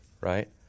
right